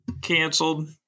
canceled